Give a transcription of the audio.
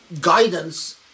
guidance